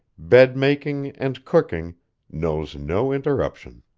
bed-making, and cooking knows no interruption.